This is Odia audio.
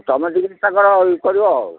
ତୁମେ ଇଏ କରିବ ଆଉ